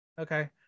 Okay